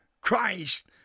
Christ